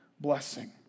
Blessing